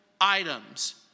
items